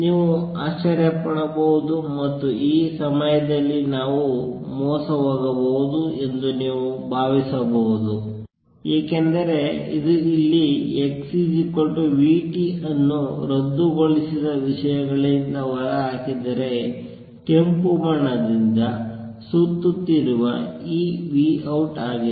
ನೀವು ಆಶ್ಚರ್ಯಪಡಬಹುದು ಮತ್ತು ಈ ಸಮಯದಲ್ಲಿ ನಾವು ಮೋಸ ಹೋಗಬಹುದು ಎಂದು ನೀವು ಭಾವಿಸಬಹುದು ಏಕೆಂದರೆ ಇದು ಇಲ್ಲಿ x vt ಅನ್ನು ರದ್ದುಗೊಳಿಸಿದ ವಿಷಯಗಳಿಂದ ಹೊರಹಾಕಿದ್ದರೆ ಕೆಂಪು ಬಣ್ಣದಿಂದ ಸುತ್ತುತ್ತಿರುವ ಈ v out ಆಗಿದೆ